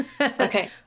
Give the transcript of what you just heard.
Okay